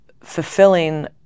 fulfilling